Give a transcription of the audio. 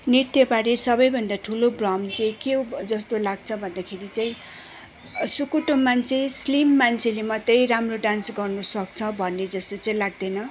नृत्यबारे सबैभन्दा ठुलो भ्रम चाहिँ के हो जस्तो लाग्छ भन्दाखेरि चाहिँ सुकुटो मान्छे स्लिम मान्छेले मात्रै राम्रो डान्स गर्नु सक्छ भन्ने जस्तो चाहिँ लाग्दैन